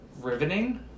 riveting